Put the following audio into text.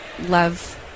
love